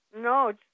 no